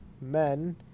men